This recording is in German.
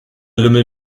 lümmel